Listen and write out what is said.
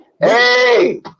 Hey